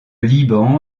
liban